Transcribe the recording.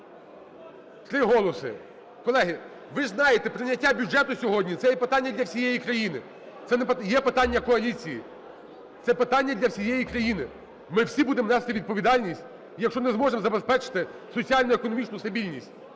3 голоси, колеги, ви ж знаєте, прийняття бюджету сьогодні – це є питання для всієї країни, це не є питання коаліції. Це питання для всієї країни. Ми всі будемо нести відповідальність, якщо не зможемо забезпечити соціально-економічну стабільність.